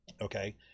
Okay